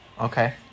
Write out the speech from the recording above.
Okay